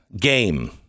game